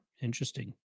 Interesting